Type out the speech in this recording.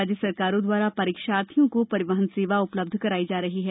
राज्य सरकारों द्वारा परीक्षार्थियों को परिवहन सेवा उपलब्ध कराई जा रही है